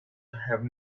have